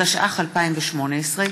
התשע"ח 2018,